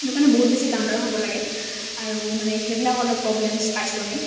সেইটো কাৰণে বহুত বেছি কাউণ্টাৰ হ'ব লাগে আৰু মানে সেইবিলাক অলপ প্ৰব্লেমছ্ পাইছোঁ আমি